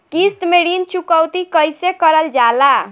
किश्त में ऋण चुकौती कईसे करल जाला?